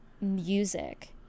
music